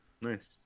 Nice